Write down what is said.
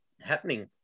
happening